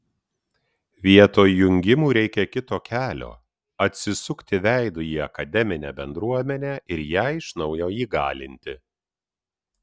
vietoj jungimų reikia kito kelio atsisukti veidu į akademinę bendruomenę ir ją iš naujo įgalinti